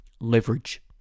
Leverage